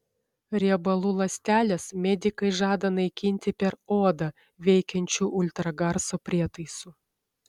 riebalų ląsteles medikai žada naikinti per odą veikiančiu ultragarso prietaisu